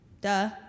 Duh